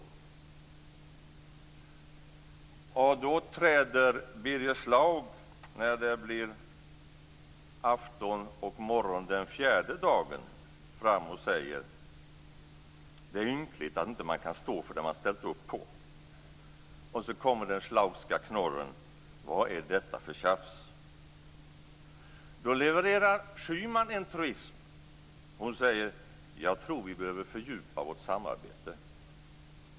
Då träder Birger Schlaug fram när det blir afton och det blir morgon den fjärde dagen och säger: Det är ynkligt att man inte kan stå för det man har ställt upp på. Och så kommer den schlaugska knorren: Vad är detta för tjafs? Då levererar Schyman en truism. Hon säger: Jag tror att vi behöver fördjupa vårt samarbete.